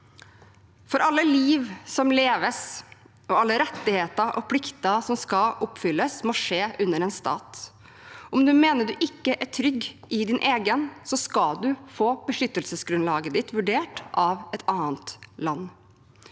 for alle liv som leves, alle rettigheter og plikter som skal oppfylles, må skje under en stat. Om du mener du ikke er trygg i din egen stat, skal du få beskyttelsesgrunnlaget ditt vurdert av et annet land.